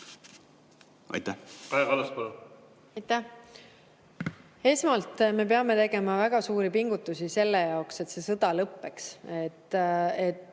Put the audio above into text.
Aitäh!